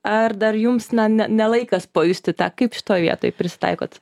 ar dar jums ne ne laikas pajusti tą kaip šitoj vietoj prisitaikot